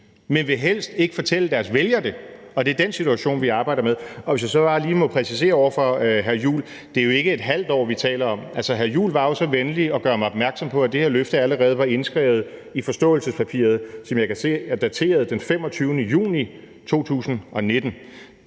men helst ikke vil fortælle deres vælgere det. Og det er den situation, vi arbejder med. Hvis jeg så bare lige må præcisere over for hr. Christian Juhl, vil jeg sige, at det jo ikke er et halvt år, vi taler om. Altså, hr. Christian Juhl var jo så venlig at gøre mig opmærksom på, at det her løfte allerede var indskrevet i forståelsespapiret, som jeg kan se er dateret den 25. juni 2019.